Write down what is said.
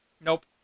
nope